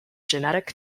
genetic